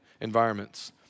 environments